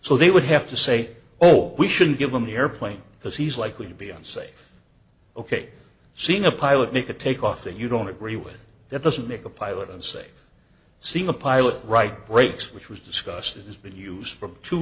so they would have to say oh we shouldn't give him the airplane because he's likely to be unsafe ok seeing a pilot make a takeoff that you don't agree with that doesn't make a pilot and say see a pilot right brakes which was discussed that has been used for two